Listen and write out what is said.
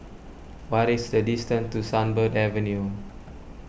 what is the distance to Sunbird Avenue